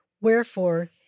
Wherefore